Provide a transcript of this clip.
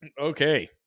Okay